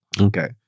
Okay